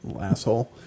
asshole